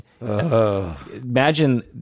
imagine